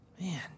Man